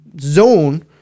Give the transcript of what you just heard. zone